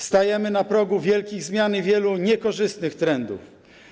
Stajemy na progu wielkich zmian i wielu niekorzystnych trendów.